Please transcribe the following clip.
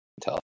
tell